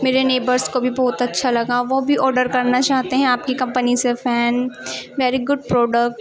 ميرے neighbours كو بھی بہت اچّھا لگا وہ بھى آرڈر كرنا چاہتے ہیں آپ کی کمپنی سے فین ویری گڈ پروڈکٹ